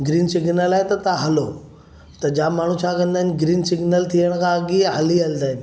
green signal आहे त तव्हां हलो त जाम माण्हू छा कंदा आहिनि ग्रीन सिग्नल थियण खां अॻु ई हली हलंदा आहिनि